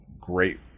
great